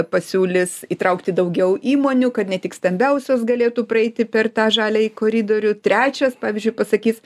pasiūlys įtraukti daugiau įmonių kad ne tik stambiausios galėtų praeiti per tą žaliąjį koridorių trečias pavyzdžiui pasakys